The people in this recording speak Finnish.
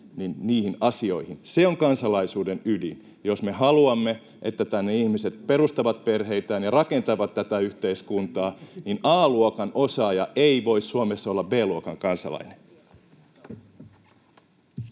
— asioihin. Se on kansalaisuuden ydin. Jos me haluamme, että tänne ihmiset perustavat perheitään ja rakentavat tätä yhteiskuntaa, niin A-luokan osaaja ei voi Suomessa olla B-luokan kansalainen.